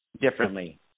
differently